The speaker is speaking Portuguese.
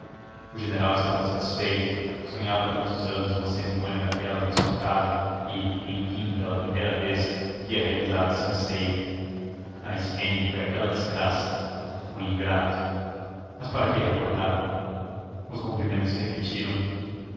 o general estava satisfeito sonhava há tantos anos uma cerimônia daquelas em sua casa e enfim pela primeira vez via realizado esse anseio a ismênia foi aquela desgraça o ingrato mas para que recordar os cumprimentos se repetiram